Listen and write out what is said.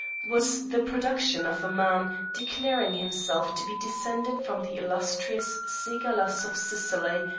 was the production of a man declaring himself to be descended from the illustrious cigalas of sicily,